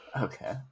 Okay